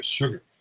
sugar